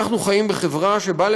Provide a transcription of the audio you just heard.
אנחנו חיים בחברה שבה,